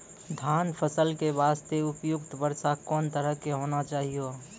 धान फसल के बास्ते उपयुक्त वर्षा कोन तरह के होना चाहियो?